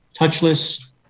touchless